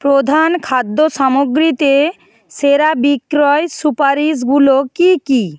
প্রধান খাদ্য সামগ্রীতে সেরা বিক্রয়ের সুপারিশগুলো কী কী